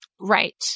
Right